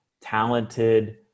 talented